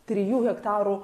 trijų hektarų